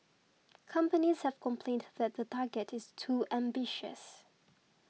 companies have complained that the target is too ambitious